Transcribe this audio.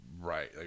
right